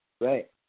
Right